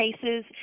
cases